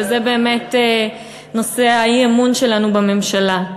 וזה באמת נושא האי-אמון שלנו בממשלה.